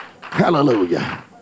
hallelujah